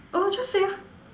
oh just say ah